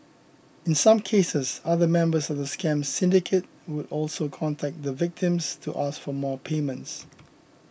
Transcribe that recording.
in some cases other members of the scam syndicate would also contact the victims to ask for more payments